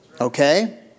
Okay